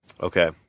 Okay